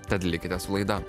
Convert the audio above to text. tad likite su laida